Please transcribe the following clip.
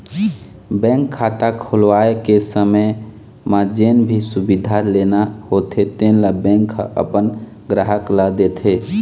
bank खाता खोलवाए के समे म जेन भी सुबिधा लेना होथे तेन ल बेंक ह अपन गराहक ल देथे